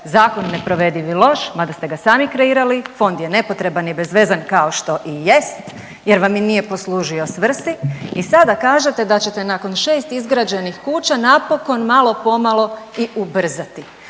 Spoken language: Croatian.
zakon neprovediv i loš, mada ste ga sami kreirali, fond je nepotreban i bezvezan kao što i jest jer vam nije poslužio svrsi i sada kažete da ćete nakon 6 izgrađenih kuća napokon malo pomalo i ubrzati,